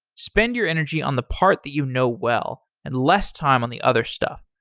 spend your energy on the part that you know well and less time on the other stuff.